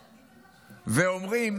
ואומרים: